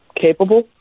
capable